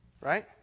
Right